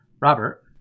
Robert